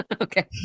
Okay